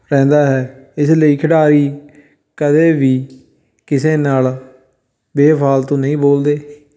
ਰਹਿੰਦਾ ਹੈ ਇਸ ਲਈ ਖਿਡਾਰੀ ਕਦੇ ਵੀ ਕਿਸੇ ਨਾਲ ਬੇਫਾਲਤੂ ਨਹੀਂ ਬੋਲਦੇ